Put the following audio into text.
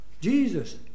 Jesus